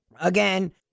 Again